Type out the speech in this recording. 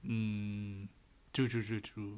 mm true true true true